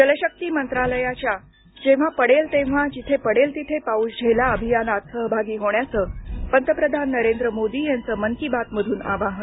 जलशक्ती मंत्रालयाच्या जेव्हा पडेल तेव्हा जिथे पडेल तिथे पाऊस झेला अभियानात सहभागी होण्याचं पंतप्रधान नरेंद्र मोदी यांचं मन की बात मधून आवाहन